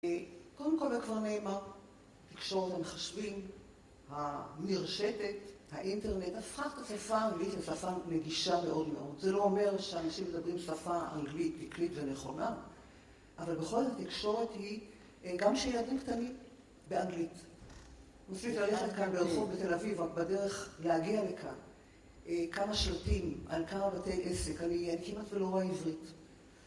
קודם כל, כבר נאמר, התקשורת המחשבים, המרשתת, האינטרנט, הפכבה את השפה האנגלית לשפה נגישה מאוד מאוד. זה לא אומר שאנשים מדברים שפה אנגלית תקנית ונכונה, אבל בכל זאת, התקשורת היא גם של ילדים קטנים באנגלית. מספיק ללכת כאן ברחוב בתל אביב, רק בדרך להגיע לכאן, כמה שלטים, על כמה בתי עסק, אני כמעט ולא רואה עברית.